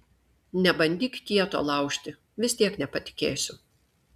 nebandyk kieto laužti vis tiek nepatikėsiu